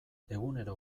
egunero